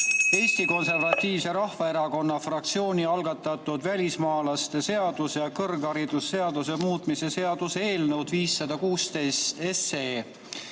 Eesti Konservatiivse Rahvaerakonna fraktsiooni algatatud välismaalaste seaduse ja kõrgharidusseaduse muutmise seaduse eelnõu 516.